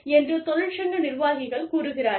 என்று தொழிற் சங்க நிர்வாகிகள் கூறுகிறார்கள்